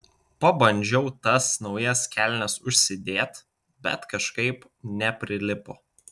pabandžiau tas naujas kelnes užsidėt bet kažkaip neprilipo